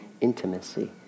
intimacy